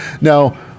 now